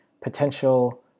potential